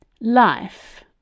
Life